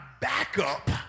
backup